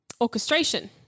orchestration